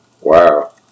Wow